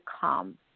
come